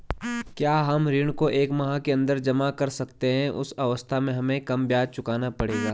क्या हम ऋण को एक माह के अन्दर जमा कर सकते हैं उस अवस्था में हमें कम ब्याज चुकाना पड़ेगा?